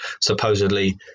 supposedly